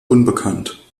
unbekannt